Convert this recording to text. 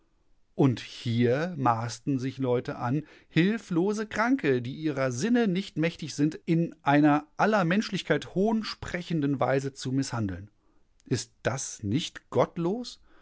und hier maßten sich leute an hiflose kranke die ihrer sinne nicht mächtig sind in einer aller menschlichkeit hohnsprechenden weise zu mißhandeln handeln ist das nicht gottlos